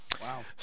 Wow